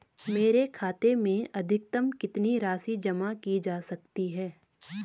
मेरे खाते में अधिकतम कितनी राशि जमा की जा सकती है?